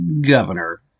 Governor